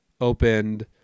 opened